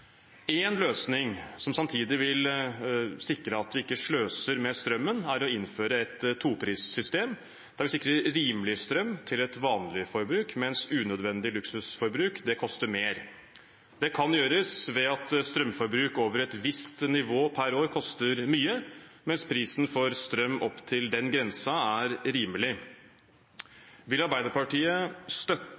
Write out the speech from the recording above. En løsning som samtidig vil sikre at vi ikke sløser med strømmen, er å innføre et toprissystem der vi sikrer rimelig strøm til et vanlig forbruk, mens unødvendig luksusforbruk koster mer. Det kan gjøres ved at strømforbruk over et visst nivå per år koster mye, mens prisen for strøm opp til den grensen er rimelig. Vil Arbeiderpartiet støtte